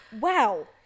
Wow